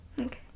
Okay